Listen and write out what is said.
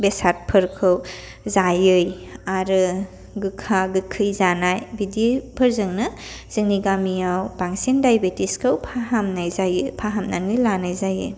बेसादफोरखौ जायै आरो गोखा गोखै जानाय बिदि फोरजोंनो जोंनि गामियाव बांसिन डाइबेटिचखौ फाहामनाय जायो फाहामनानै लानाय जायो